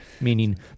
meaning